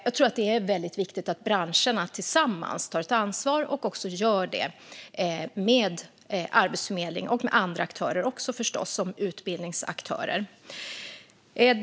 Jag tror att det är väldigt viktigt att branscherna tillsammans tar ett ansvar och gör det med Arbetsförmedlingen och andra aktörer, som utbildningsaktörer.